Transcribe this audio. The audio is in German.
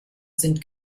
sind